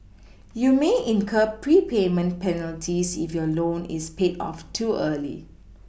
you may incur prepayment penalties if your loan is paid off too early